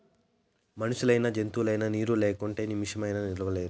మనుషులైనా జంతువులైనా నీరు లేకుంటే నిమిసమైనా నిలువలేరు